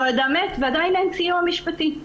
שאותו אדם מת ועדיין אין סיוע משפטי.